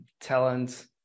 talent